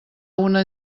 una